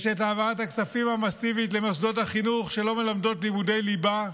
יש את העברת הכספים המסיבית למוסדות החינוך שלא מלמדים בהם לימודי ליבה,